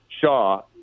Shaw